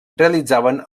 realitzaven